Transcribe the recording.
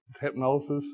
hypnosis